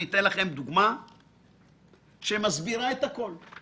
אני אתן לכם דוגמה שמסבירה את הכל.